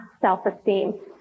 self-esteem